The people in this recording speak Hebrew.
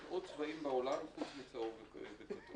יש עוד צבעים בעולם חוץ מצהוב וכתום.